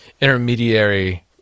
intermediary